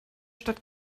stadt